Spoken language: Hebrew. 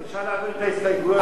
אז אפשר להעביר את ההסתייגות, ?